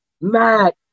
Matt